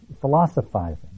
philosophizing